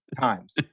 times